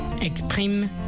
exprime